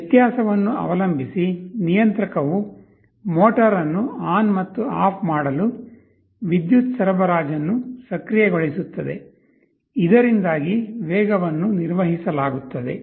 ವ್ಯತ್ಯಾಸವನ್ನು ಅವಲಂಬಿಸಿ ನಿಯಂತ್ರಕವು ಮೋಟರ್ ಅನ್ನು ಆನ್ ಮತ್ತು ಆಫ್ ಮಾಡಲು ವಿದ್ಯುತ್ ಸರಬರಾಜನ್ನು ಸಕ್ರಿಯಗೊಳಿಸುತ್ತದೆ ಇದರಿಂದಾಗಿ ವೇಗವನ್ನು ನಿರ್ವಹಿಸಲಾಗುತ್ತದೆ